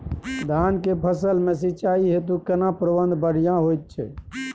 धान के फसल में सिंचाई हेतु केना प्रबंध बढ़िया होयत छै?